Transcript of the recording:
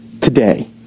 today